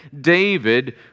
David